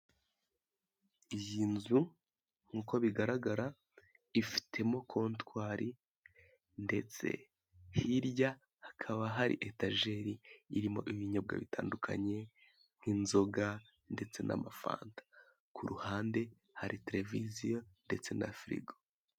Iyi nzu nkuko bigaragara ifitemo kontwari ndetse hirya hakaba hari etejeri irimo ibinyobwa bitandukanye ndetse inzoga ndetse n'amafanta ku ruhande hari televiziyo ndetse na firigo.